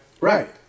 Right